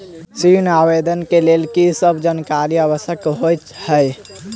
ऋण आवेदन केँ लेल की सब जानकारी आवश्यक होइ है?